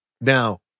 now